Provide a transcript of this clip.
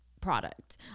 product